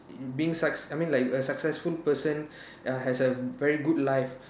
being success I mean like a successful person has a very good life